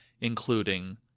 including